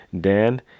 Dan